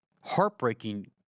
heartbreaking